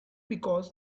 because